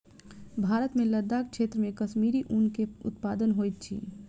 भारत मे लदाख क्षेत्र मे कश्मीरी ऊन के उत्पादन होइत अछि